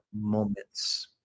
moments